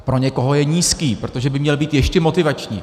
Pro někoho je nízký, protože by měl být ještě motivační.